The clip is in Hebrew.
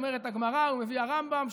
אומרת הגמרא ומביא הרמב"ם,